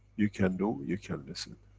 you can do, you can listen.